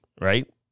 Right